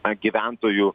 na gyventojų